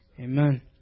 Amen